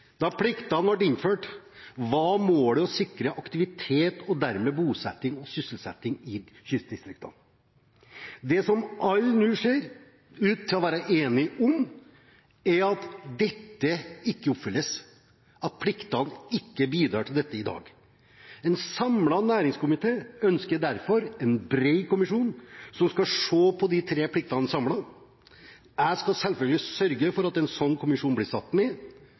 Da pliktene ble innført, var målet å sikre aktivitet og dermed bosetting og sysselsetting i kystdistriktene. Det som alle nå ser ut til å være enige om, er at dette ikke oppfylles, at pliktene ikke bidrar til dette i dag. En samlet næringskomité ønsker derfor en bred kommisjon som skal se på de tre pliktene samlet. Jeg skal selvfølgelig sørge for at en sånn kommisjon blir satt